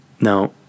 Now